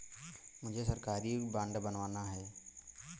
मुझे सरकारी बॉन्ड बनवाना है